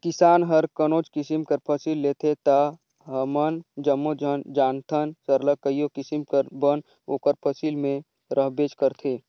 किसान हर कोनोच किसिम कर फसिल लेथे ता हमन जम्मो झन जानथन सरलग कइयो किसिम कर बन ओकर फसिल में रहबेच करथे